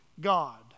God